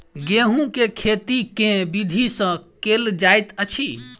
गेंहूँ केँ खेती केँ विधि सँ केल जाइत अछि?